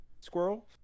Squirrel